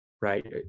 right